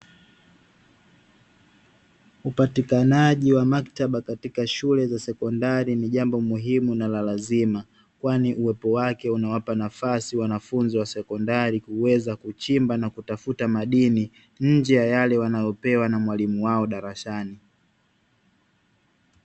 Upatikanaji wa maktaba katika shule za sekondari ni jambo muhimu na la lazima kwani uwepo wake unawapa nafasi wanafunzi wa sekondari kuweza kuchimba na kutafuta madini nje ya yale wanayopewa na mwalimu wao darasani.